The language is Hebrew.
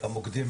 המוקדים,